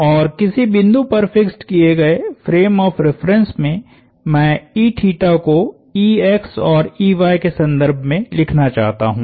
और किसी बिंदु पर फिक्स्ड किए गए फ्रेम ऑफ़ रिफरेन्स में मैं को और के संदर्भ में लिखना चाहता हूं